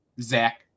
Zach